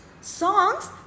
Songs